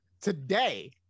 today